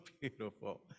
beautiful